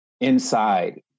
inside